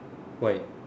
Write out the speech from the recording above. why